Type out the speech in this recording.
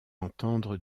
entendre